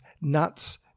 nuts